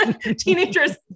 teenagers